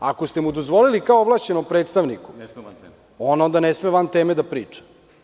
Ako ste mu dozvolili kao ovlašćenom predstavniku, onda on ne sme van teme da priča.